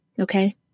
Okay